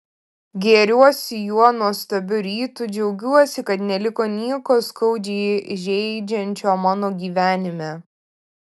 gėriuosi juo nuostabiu rytu džiaugiuosi kad neliko nieko skaudžiai žeidžiančio mano gyvenime